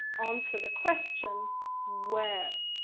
answer the question where?